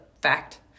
fact